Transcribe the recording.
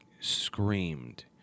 screamed